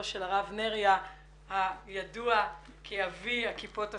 של הרב נריה הידוע כאבי הכיפות הסרוגות.